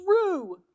true